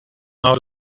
out